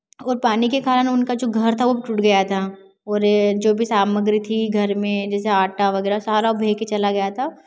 और पानी के कारण उनका जो घर था वो टूट गया था और जो भी सामग्री थी घर में जैसे आटा वगैरह सारा भे के चला गया था